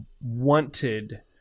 wanted